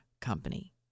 company